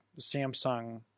Samsung